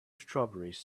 strawberries